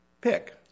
pick